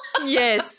Yes